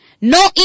No